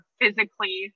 physically